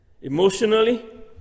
Emotionally